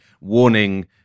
warning